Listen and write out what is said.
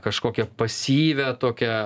kažkokią pasyvią tokią